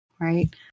Right